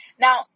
now